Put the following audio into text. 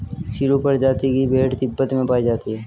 चिरु प्रजाति की भेड़ तिब्बत में पायी जाती है